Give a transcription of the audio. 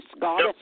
God